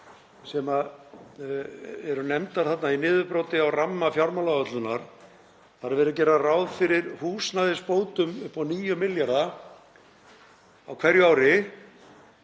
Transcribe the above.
sem eru nefndar þarna í niðurbroti á ramma fjármálaáætlunar að þar er verið að gera ráð fyrir húsnæðisbótum upp á 9 milljarða á hverju ári.